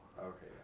Okay